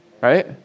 Right